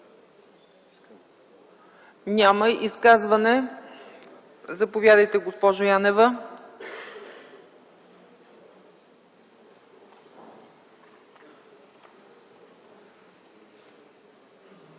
Няма. Изказване? Заповядайте, госпожо Янева.